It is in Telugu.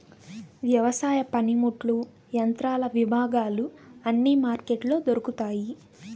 వ్యవసాయ పనిముట్లు యంత్రాల విభాగాలు అన్ని మార్కెట్లో దొరుకుతాయి